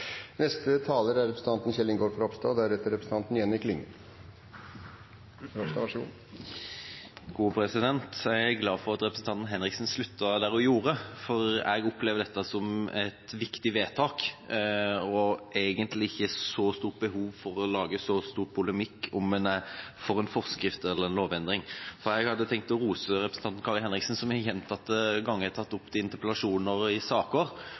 Jeg er glad for at representanten Henriksen sluttet der hun gjorde. Jeg opplever dette som et viktig vedtak og har egentlig ikke så stort behov for å lage stor polemikk om hvorvidt en er for en forskrift eller en lovendring. Jeg hadde tenkt å rose representanten Kari Henriksen, som gjentatte ganger i interpellasjoner og i andre saker